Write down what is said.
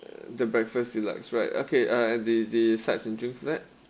the breakfast deluxe right okay uh the the sites and drinks for that